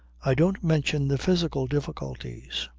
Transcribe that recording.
i don't mention the physical difficulties.